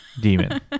Demon